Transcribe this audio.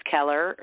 Keller